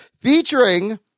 Featuring